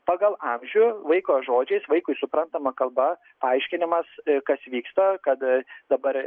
pagal amžių vaiko žodžiais vaikui suprantama kalba aiškinimas kas vyksta kad dabar